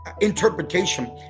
interpretation